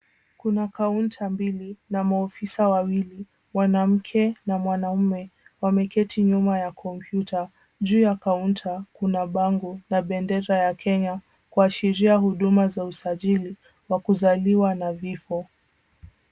Kuna kaunta mbili na maofisa wawili mwanamke na mwanaume wameketi nyuma ya kompyuta. Juu ya kaunta kuna bango na bendera la Kenya kuashiria huduma za usajili wa kuzaliwa na vifo.